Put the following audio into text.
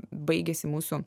baigėsi mūsų